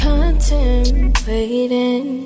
Contemplating